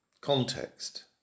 context